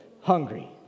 hungry